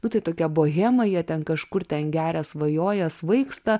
nu tai tokia bohema jie ten kažkur ten geria svajoja svaigsta